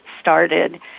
started